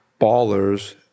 Ballers